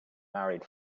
married